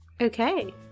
okay